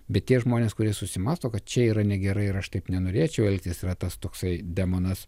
bet tie žmonės kurie susimąsto kad čia yra negerai ir aš taip nenorėčiau elgtis yra tas toksai demonas